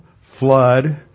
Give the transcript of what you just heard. flood